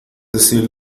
decir